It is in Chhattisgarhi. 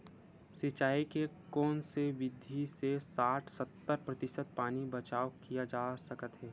सिंचाई के कोन से विधि से साठ सत्तर प्रतिशत पानी बचाव किया जा सकत हे?